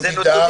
אלי אבידר,